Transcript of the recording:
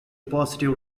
positive